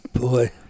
Boy